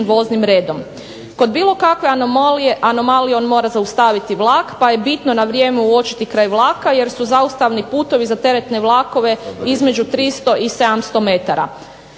voznim redom. Kod bilo kakve anomalije on mora zaustaviti vlak pa je bitno na vrijeme uočiti kraj vlaka jer su zaustavni putovi za teretne vlakove između 300 i 700 m.